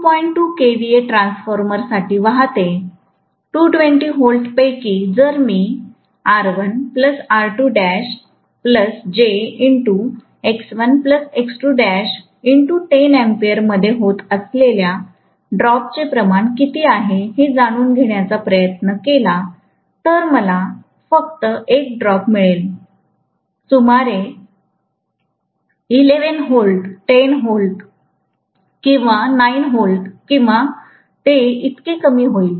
2 KVA transformer साठी वाहते 220 volt पैकी जर मी R1 j X1 x10 A मध्ये होत असलेल्या ड्रॉपचे प्रमाण किती आहे हे जाणून घेण्याचा प्रयत्न केला तर मला फक्त एक ड्रॉप मिळेल सुमारे 11 व्होल्ट 10 व्होल्ट किंवा 9 व्होल्ट किंवा ते इतके कमी होईल